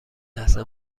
لحظه